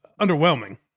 underwhelming